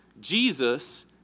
Jesus